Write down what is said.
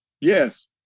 Yes